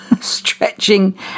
stretching